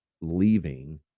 leaving